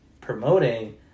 promoting